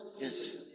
Yes